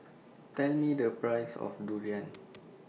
Tell Me The Price of Durian